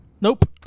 Nope